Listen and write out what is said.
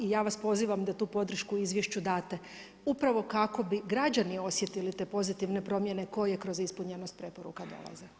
I ja vas pozivam da tu podršku izvješću date upravo kako bi građani osjetili te pozitivne promjene koje kroz ispunjenost preporuka dolaze.